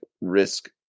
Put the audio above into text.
risk